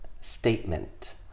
statement